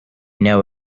know